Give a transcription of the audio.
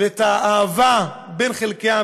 ואת האהבה בין חלקי העם,